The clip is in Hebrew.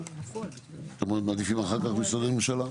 אתם מעדיפים אחר כך משרדי ממשלה?